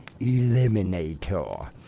Eliminator